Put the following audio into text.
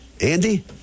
Andy